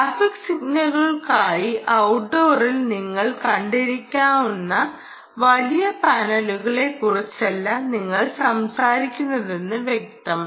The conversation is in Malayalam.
ട്രാഫിക് സിഗ്നലുകൾക്കായി ഔട്ട്ഡോറിൽ നിങ്ങൾ കണ്ടിരിക്കാനിടയുള്ള വലിയ പാനലുകളെക്കുറിച്ചല്ല നിങ്ങൾ സംസാരിക്കുന്നതെന്ന് വ്യക്തം